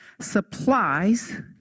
supplies